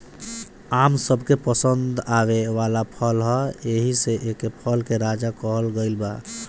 आम सबके पसंद आवे वाला फल ह एही से एके फल के राजा कहल गइल बा